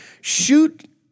Shoot